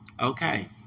okay